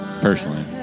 personally